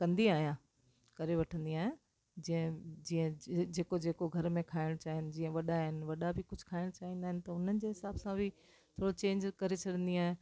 कंदी आहियां करे वठंदी आहियां जे जीअं जेको जेको घर में खाइण चाइनि जीअं वॾा आहिनि वॾा बि कुझु खाइण चाहिंदा आहिनि त उन्हनि जे हिसाब सां बि थोरो चेंज करे छॾिंदी आहियां